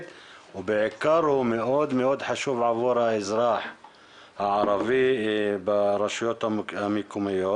ובעיקר הוא מאוד מאוד חשוב עבור האזרח הערבי ברשויות המקומיות.